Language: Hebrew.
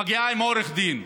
מגיעים עם עורך דין,